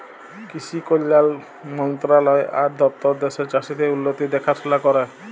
কিসি কল্যাল মলতরালায় আর দপ্তর দ্যাশের চাষীদের উল্লতির দেখাশোলা ক্যরে